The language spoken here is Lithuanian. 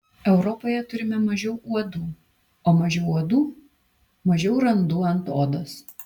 europoje turime mažiau uodų o mažiau uodų mažiau randų ant odos